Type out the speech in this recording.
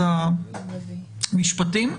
המשפטים.